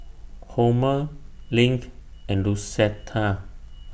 Homer LINK and Lucetta